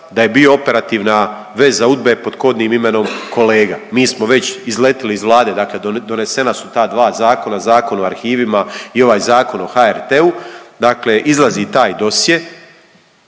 da je bio operativna veza UDBA-e pod kodnim imenom „kolega“. Mi smo već izletili iz Vlade, dakle donesena su ta dva zakona, Zakon o arhivima i ovaj Zakon o HRT-u. Dakle, izlazi taj dosje